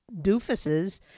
doofuses